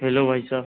hello भाई साब